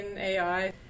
AI